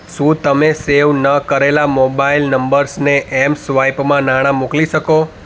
શું તમે સેવ ન કરેલા મોબાઈલ નંબર્સને ઍમ સ્વાઈપમાં નાણાં મોકલી શકો